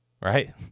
right